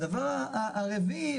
הדבר הרביעי,